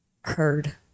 heard